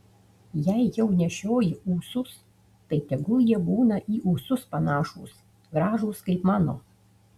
jei jau nešioji ūsus tai tegul jie būna į ūsus panašūs gražūs kaip mano